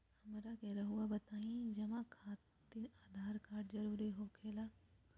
हमरा के रहुआ बताएं जमा खातिर आधार कार्ड जरूरी हो खेला?